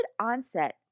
onset